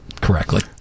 correctly